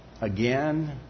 Again